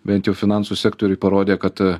bent jau finansų sektoriuj parodė kad